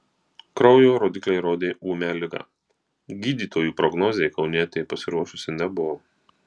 kraujo rodikliai rodė ūmią ligą gydytojų prognozei kaunietė pasiruošusi nebuvo